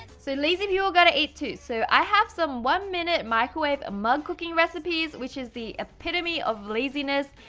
so lazy people gotta eat too. so i have some one minute microwave mug cooking recipes. which is the epitome of laziness.